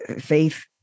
faith